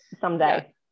someday